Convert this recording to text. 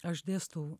aš dėstau